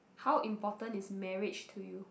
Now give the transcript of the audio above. how important is marriage to you